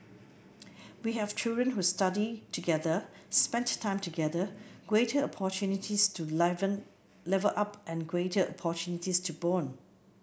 we have children who study together spent time together greater opportunities to level up and greater opportunities to bond